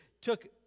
took